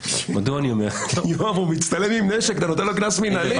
הוא מצטלם עם נשק ואתה נותן לו קנס מינהלי?